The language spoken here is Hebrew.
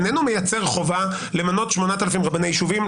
איננו מייצר חובה למנות 8,000 רבני יישובים,